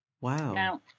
Wow